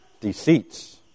deceits